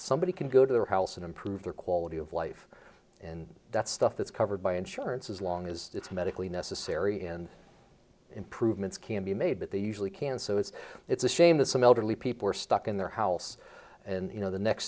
somebody can go to their house and improve their quality of life and death stuff that's covered by insurance as long as it's medically necessary and improvements can be made but they usually can so it's it's a shame that some elderly people are stuck in their house and you know the next